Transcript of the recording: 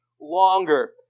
longer